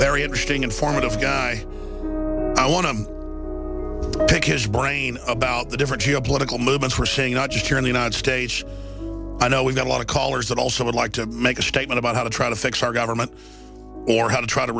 very interesting informative guy i want to pick his brain about the different political movements were saying not just here in the united states i know we've got a lot of callers that also would like to make a statement about how to try to fix our government or how to try to